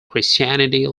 christianity